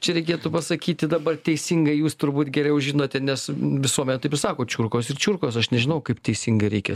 čia reikėtų pasakyti dabar teisingai jūs turbūt geriau žinote nes visuomet taip ir sako čiurkos ir čiurkos aš nežinau kaip teisingai reikia